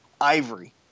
Ivory